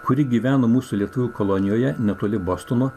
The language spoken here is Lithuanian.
kuri gyveno mūsų lietuvių kolonijoje netoli bostono